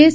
S